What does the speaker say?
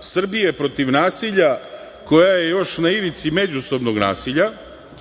Srbije protiv nasilja, koja je još na ivici međusobnog nasilja,